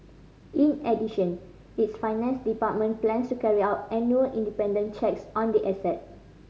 in addition its finance department plans to carry out annual independent checks on the asset